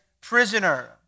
prisoner